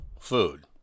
food